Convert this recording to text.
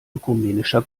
ökumenischer